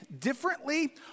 differently